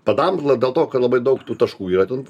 padambla dėl to kad labai daug tų taškų yra ten